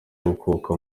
gukuka